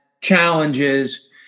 challenges